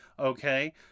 Okay